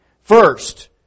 First